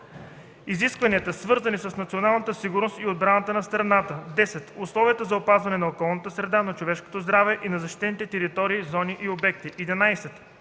изискванията, свързани с националната сигурност и отбраната на страната; 10. условията за опазването на околната среда, на човешкото здраве и на защитените територии, зони и обекти; 11.